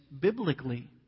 biblically